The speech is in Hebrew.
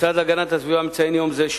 השנה המשרד להגנת הסביבה מציין יום זה,